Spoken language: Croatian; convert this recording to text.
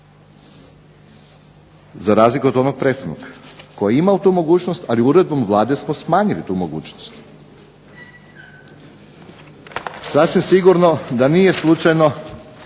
Za razliku od onog prethodnog koji je imao tu mogućnost, ali uredbom Vlade smo smanjili tu mogućnost. Sasvim sigurno da nije slučajno